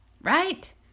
Right